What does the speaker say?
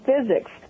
physics